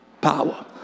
power